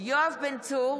יואב בן צור